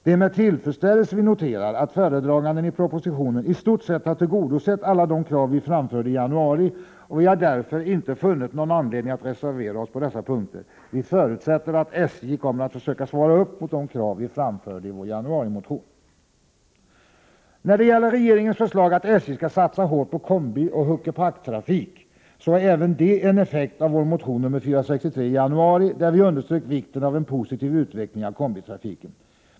Det är med tillfredsställelse vi noterar att föredraganden i propositionen i stort sett har tillgodosett alla de krav vi framförde i januari, och vi har därför inte funnit någon anledning att reservera oss på dessa punkter. Vi förutsätter att SJ kommer att försöka svara upp mot de krav vi framförde i vår motion i januari. När det gäller regeringens förslag att SJ skall satsa hårt på kombioch hucke-pack-trafik är även det en effekt av vår motion nr 463 från januari, där vi underströk vikten av en positiv utveckling av kombitrafiken.